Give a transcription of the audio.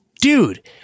dude